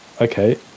okay